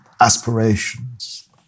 aspirations